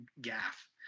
gaff